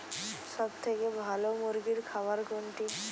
সবথেকে ভালো মুরগির খাবার কোনটি?